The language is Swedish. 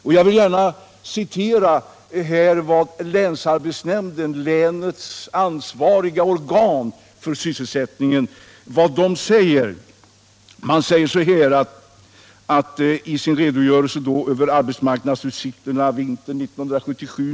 Låt mig citera vad länsarbetsnämnden — länets ansvariga organ då det gäller sysselsättningen — säger i sin redogörelse över arbetsmarknadsutsikterna vintern 1977/1978.